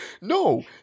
no